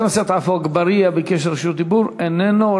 חבר הכנסת עפו אגבאריה ביקש רשות דיבור, איננו.